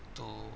to